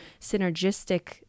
synergistic